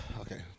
Okay